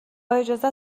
اجازه